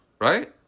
right